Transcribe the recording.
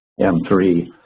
M3